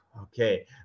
Okay